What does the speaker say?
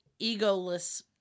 egoless